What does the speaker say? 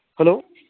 hello